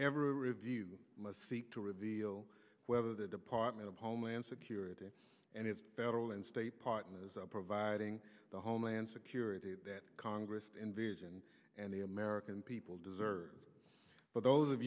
every review must seek to reveal whether the department of homeland security and its federal and state partners are providing the homeland security that congress envisioned and the american people deserve but those of